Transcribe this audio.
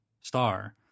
star